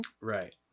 Right